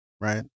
right